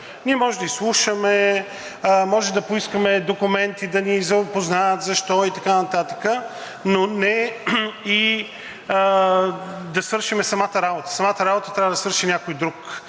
Ние можем да изслушаме, можем да поискаме документи, да ни запознаят защо и така нататък, но не и да свършим самата работа. Самата работа трябва да свърши някой друг,